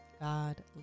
God